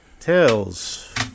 Tails